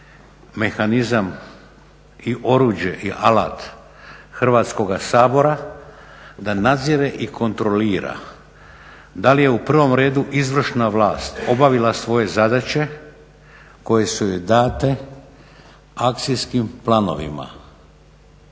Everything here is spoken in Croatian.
mehanizam i oruđe, i alat Hrvatskoga sabora, da nadzire i kontrolira da li je u prvom redu izvršna vlast obavila svoje zadaće koje su joj date akcijskim planovima.